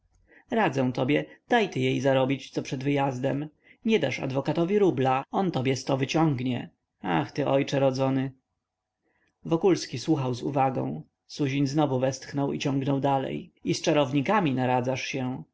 radzę tobie daj ty jej co zarobić przed wyjazdem nie dasz adwokatowi rubla on tobie sto wyciągnie ach ty ojcze rodzony wokulski słuchał z uwagą suzin znowu westchnął i ciągnął dalej i z czarownikami naradzasz się